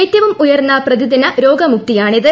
ഏറ്റവും ഉയർന്ന പ്രതിദിന രോഗമുക്തിയാണിത്